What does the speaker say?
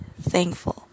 thankful